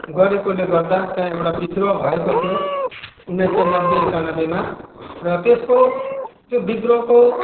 गरेकोले गर्दा त्यहाँ एउटा विद्रोह भएको थियो उन्नाइस सय नब्बे एकानब्बेमा र त्यसको त्यो विद्रोहको